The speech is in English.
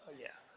yeah.